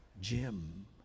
Jim